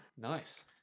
Nice